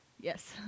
yes